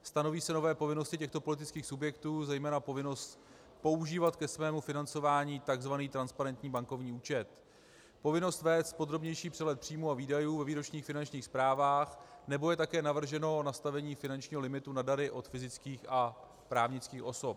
Stanoví se nové povinnosti těchto politických subjektů, zejména povinnost používat ke svému financování tzv. transparentní bankovní účet, povinnost vést podrobnější přehled příjmů a výdajů ve výročních finančních zprávách nebo je také navrženo nastavení finančního limitu na dary od fyzických a právnických osob.